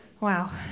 Wow